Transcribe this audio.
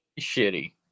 Shitty